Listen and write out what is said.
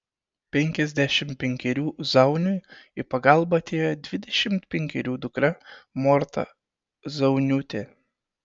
penkiasdešimt penkerių zauniui į pagalbą atėjo dvidešimt penkerių dukra morta zauniūtė